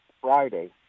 Friday